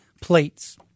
Plates